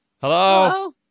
Hello